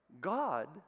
God